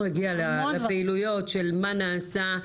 אנחנו נגיע לפעילויות של מה נעשה.